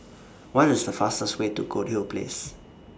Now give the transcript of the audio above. What IS The fastest Way to Goldhill Place